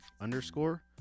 underscore